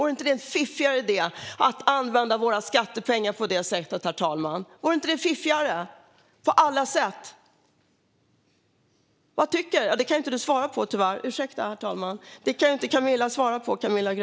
Vore det inte en fiffigare idé att använda våra skattepengar på det sättet, herr talman? Vore inte det fiffigare på alla sätt? Vad tycker du, Camilla Grönvall? Det kan du ju inte svara på, tyvärr.